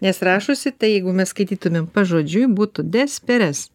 nes rašosi tai jeigu mes skaitytumėm pažodžiui būtų desperes